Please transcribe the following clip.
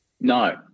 No